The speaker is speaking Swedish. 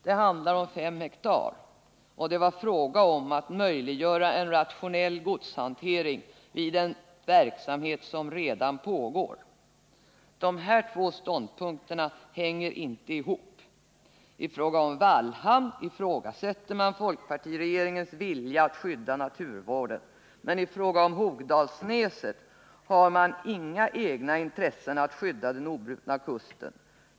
Det handlade i Vallhamn om 5 ha, och det var fråga om att möjliggöra en rationell godshantering i en verksamhet som redan pågår. De här två ståndpunkterna går inte ihop. När det gäller Vallhamn ifrågasätter man folkpartiets vilja att stödja naturvården, men när det gäller Hogdalsnäset har man själv inget intresse av att skydda den obrutna kusten.